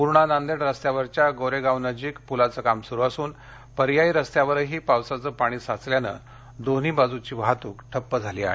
पूर्णा नांदेड रस्त्यावरच्या गौरगावानजीक पुलाचं काम सुरु असून पर्यायी रस्त्यावरही पावसाचं पाणी साचल्यामुळे दोन्ही बाजूची वाहतूक ठप्प झाली आहे